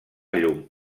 llum